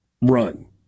run